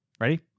ready